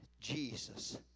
Jesus